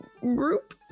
group